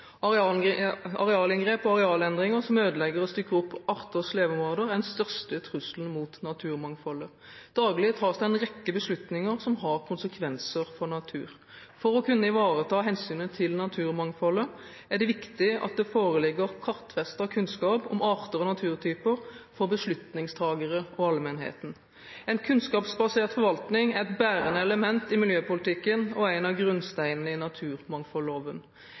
Arealinngrep og arealendringer som ødelegger og stykker opp arters leveområder, er den største trusselen mot naturmangfoldet. Daglig tas det en rekke beslutninger som har konsekvenser for natur. For å kunne ivareta hensynet til naturmangfoldet er det viktig at det foreligger kartfestet kunnskap om arter og naturtyper for beslutningstakere og allmennheten. En kunnskapsbasert forvaltning er et bærende element i miljøpolitikken og er en av grunnsteinene i naturmangfoldloven.